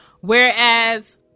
Whereas